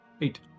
eight